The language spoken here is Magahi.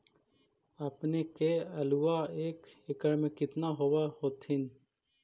अपने के आलुआ एक एकड़ मे कितना होब होत्थिन?